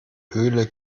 höhle